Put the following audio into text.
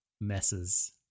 messes